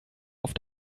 auf